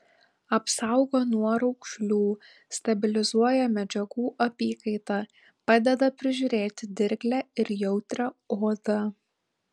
apsaugo nuo raukšlių stabilizuoja medžiagų apykaitą padeda prižiūrėti dirglią ir jautrią odą